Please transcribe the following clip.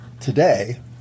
today